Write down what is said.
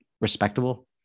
respectable